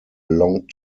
long